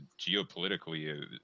Geopolitically